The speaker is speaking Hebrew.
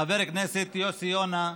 חבר הכנסת יוסי יונה,